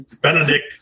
Benedict